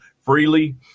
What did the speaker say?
freely